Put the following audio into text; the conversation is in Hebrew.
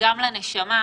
גם לנשמה,